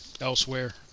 elsewhere